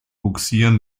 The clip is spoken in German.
bugsieren